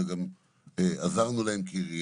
אלא גם עזרנו להם כעירייה.